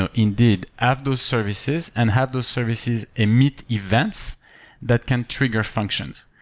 ah indeed, at those services and have those services emit events that can trigger functions.